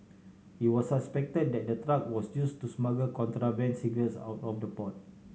it was suspected that the truck was use to smuggle contraband cigarettes out of the port